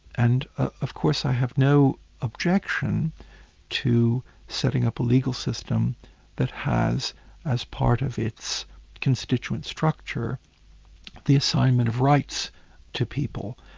and of course i have no objection to setting up a legal system that has as part of its constituent structure the assignment of rights to people.